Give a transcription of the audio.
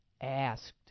asked